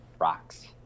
Rocks